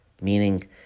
meaning